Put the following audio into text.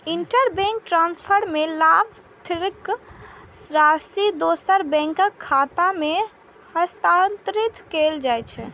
interbank transfer मे लाभार्थीक राशि दोसर बैंकक खाता मे हस्तांतरित कैल जाइ छै